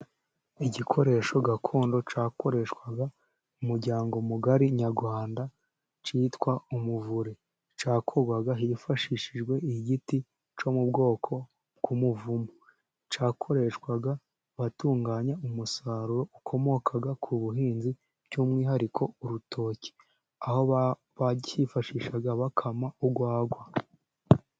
Igikoresho gakondo cyakoreshwaga mu umuryango mugari nyarwanda, kitwa umuvure, cyakorwaga hifashishijwe igiti cyo mu bwoko bw'umuvumu, cyakoreshwaga batunganya umusaruro ukomokaga ku buhinzi, by'umwihariko urutoki, aho bacyifashishaga bakama urwagwa.